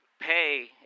pay